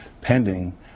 pending